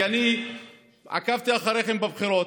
כי אני עקבתי אחריכם בבחירות,